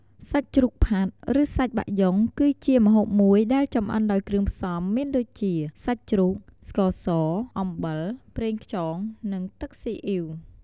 សាច់ជ្រូកផាត់ ឬសាច់បាក់យ៉ុង គឺជាម្ហូបមួយដែលចំអិនដោយគ្រឿងផ្សំមានដូចជា សាច់ជ្រូក ស្ករស អំបិល ប្រេងខ្យង និងទឹកស៊ីអ៊ីវ ។